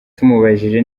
tumubajije